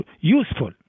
useful